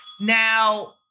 Now